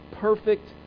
perfect